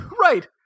Right